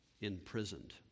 imprisoned